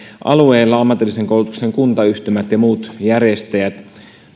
alueilla ammatillisen koulutuksen kuntayhtymät ja muut järjestäjät